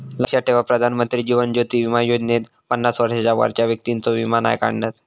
लक्षात ठेवा प्रधानमंत्री जीवन ज्योति बीमा योजनेत पन्नास वर्षांच्या वरच्या व्यक्तिंचो वीमो नाय काढणत